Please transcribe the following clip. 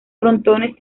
frontones